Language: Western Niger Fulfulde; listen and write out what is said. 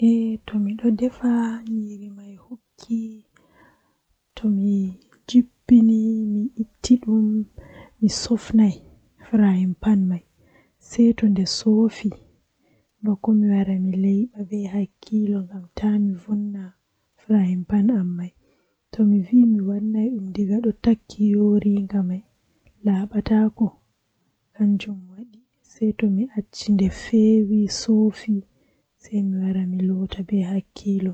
To ayidi dollugo geerade, Arandewol kam ahubba hiite awada ndiyam haa nder fande nden asakkina gerede ma haa nder a acca geraade man dolla dolla dolla jei wakkati sedda jam awara a itta dum.